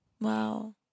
Wow